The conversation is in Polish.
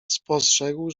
spostrzegł